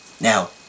Now